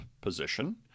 position